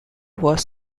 was